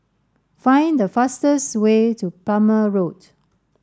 find the fastest way to Plumer Road